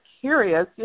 curious